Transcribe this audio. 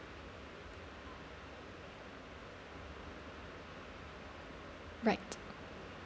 right